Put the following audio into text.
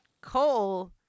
Coal